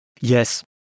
Yes